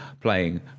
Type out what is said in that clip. playing